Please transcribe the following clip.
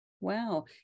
wow